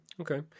Okay